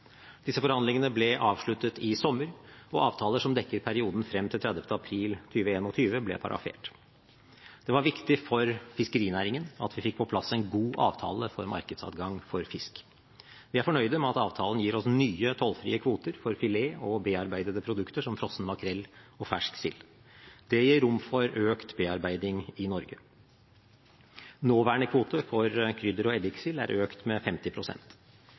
Disse forhandlingene ble avsluttet i sommer, og avtaler som dekker perioden frem til 30. april 2021, ble parafert. Det var viktig for fiskerinæringen at vi fikk på plass en god avtale for markedsadgang for fisk. Vi er fornøyd med at avtalen gir oss nye tollfrie kvoter for filet og bearbeidede produkter som frossen makrell og fersk sild. Det gir rom for økt bearbeiding i Norge. Nåværende kvote for krydder- og eddiksild er økt med